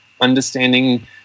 understanding